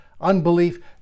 unbelief